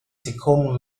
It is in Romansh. secund